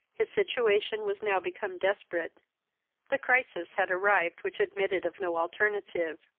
his situation was now become desperate the crisis had arrived which admitted of no alternative.